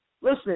Listen